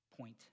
point